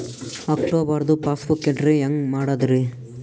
ಅಕ್ಟೋಬರ್ದು passbook entry ಹೆಂಗ್ ಮಾಡದ್ರಿ?